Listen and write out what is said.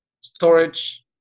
storage